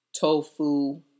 tofu